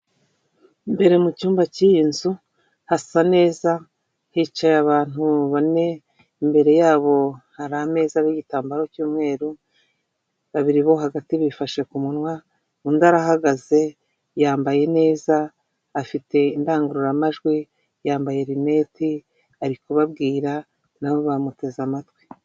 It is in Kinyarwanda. Imbere mu cyumba cy'iyi nzu hasa neza hicaye abantu bane, imbere yabo hari ameza n'igitambaro cy'umweru. babiri bo hagati bifashe ku munwa undi arahagaze, yambaye neza afite indangururamajwi yambaye lunette ari kubabwira nabo bamuteze amatwi.